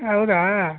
ಹೌದಾ